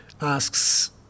asks